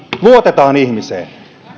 luotetaan ihmiseen